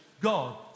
God